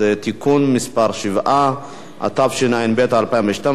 התשע"ב 2012,